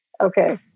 Okay